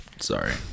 Sorry